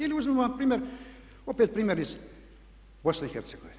Ili uzmimo na primjer opet primjer iz BiH.